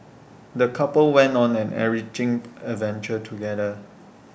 the couple went on an enriching adventure together